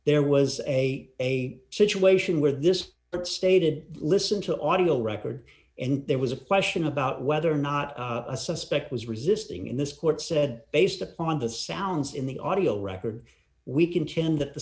there was a a situation where this but stated listen to audio record and there was a question about whether or not a suspect was resisting in this court said based upon the sounds in the audio record we contend t